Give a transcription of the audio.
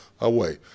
away